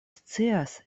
scias